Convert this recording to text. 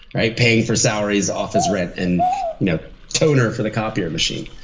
right? paying for salaries, office rent, and you know toner for the copier machine.